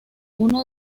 uno